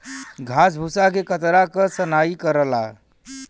घास भूसा के कतरा के सनाई करला